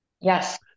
Yes